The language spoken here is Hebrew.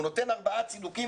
הוא נותן ארבעה צידוקים,